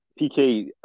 PK